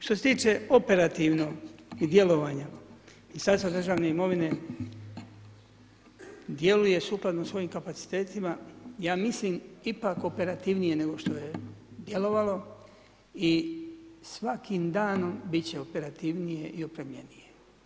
Što se tiče operativno i djelovanja i sastav državne imovine, djeluje sukladno svojim kapacitetima ja mislim ipak operativnije nego što je djelovalo i svakim danom bit će operativnije i opremljenije.